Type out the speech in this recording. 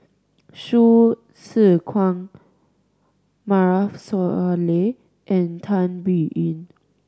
Hsu Tse Kwang Maarof Salleh and Tan Biyun